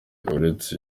uretse